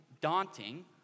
daunting